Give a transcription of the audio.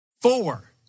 Four